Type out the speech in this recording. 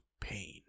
pain